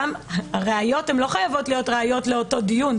הראיות לא חייבות להיות ראיות לאותו דיון,